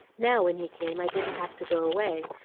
now, when he came, i didn't have to go away,